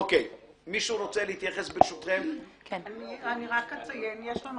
אני רק אציין, יש לנו